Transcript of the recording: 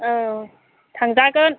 औ थांजागोन